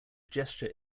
gesture